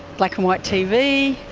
black and white tv,